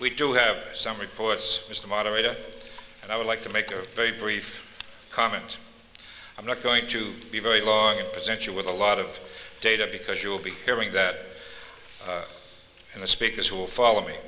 we do have some reports as the moderator and i would like to make a very brief comment i'm not going to be very long and present you with a lot of data because you will be hearing that and the speakers will follow me